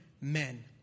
men